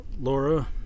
Laura